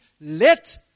let